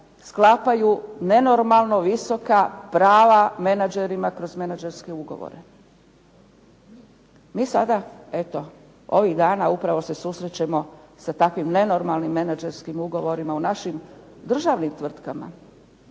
sklapaju nenormalno visoka prava menađerima kroz menađerske ugovore. Mi sada eto ovih dana upravo se susrećemo sa takvim nenormalnim menađerskim ugovorima u našim državnim tvrtkama.